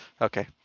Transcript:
Okay